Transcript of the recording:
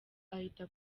ahita